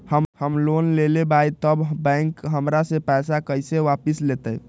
हम लोन लेलेबाई तब बैंक हमरा से पैसा कइसे वापिस लेतई?